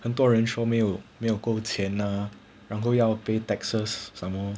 很多人说没有没有工钱啊然后还要 pay taxes somemore